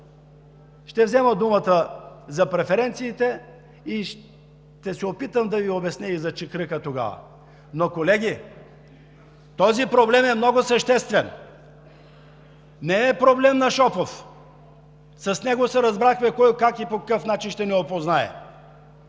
Ще взема думата за преференциите и ще се опитам да Ви обясня тогава и за чекръка. Но, колеги, този проблем е много съществен – не е проблем на Шопов, с него се разбрахме кой как и по какъв начин ще ни опознае,